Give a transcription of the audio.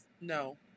no